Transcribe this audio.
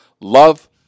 love